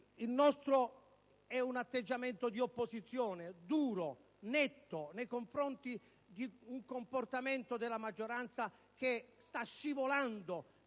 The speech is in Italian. Il nostro è un atteggiamento di opposizione duro, netto nei confronti di un comportamento della maggioranza che sta scivolando